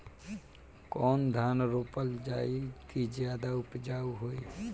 कौन धान रोपल जाई कि ज्यादा उपजाव होई?